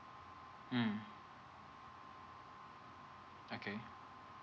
mm okay